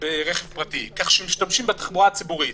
ברכב פרטי, כך שמשתמשים בתחבורה הציבורית.